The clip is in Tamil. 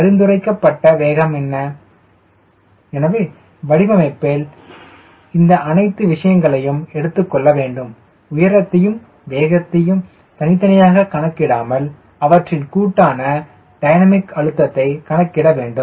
எனவே பரிந்துரைக்கப்பட்ட வேகம் என்ன எனவே வடிவமைப்பில் இந்த அனைத்து விஷயங்களையும் எடுத்துக்கொள்ள வேண்டும் உயரத்தையும் வேகத்தையும் தனித்தனியாக கணக்கிடாமல் அவற்றின் கூட்டான டைனமிக் அழுத்தத்தை கணக்கிடவேண்டும்